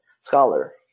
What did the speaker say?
scholar